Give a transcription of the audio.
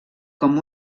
com